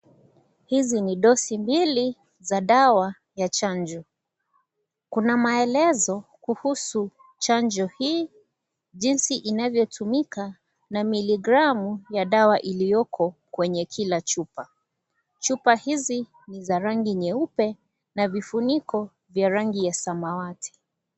Hizi ni dosi mbili za dawa ya chanjo. Kuna maelezo kuhusu chanjo hii, jinsi inavyotumika na miligramu ya dawa iliyoko kwenye kila chupa. Chupa hizi ni za rangi nyeupe na vifuniko vya rangi ya samawati.